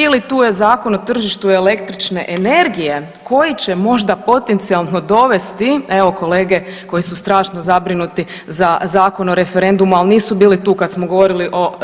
Ili, tu je Zakon o tržištu električne energije koji će možda potencijalno dovesti, evo kolege koji su strašno zabrinuti za Zakon o referendumu, ali nisu bili tu kad smo govorili o